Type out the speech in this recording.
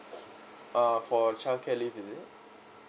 uh for childcare leave is it